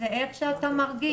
זה איך אתה מרגיש.